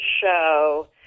show